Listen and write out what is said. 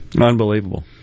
Unbelievable